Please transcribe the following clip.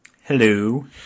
Hello